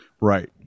Right